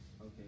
Okay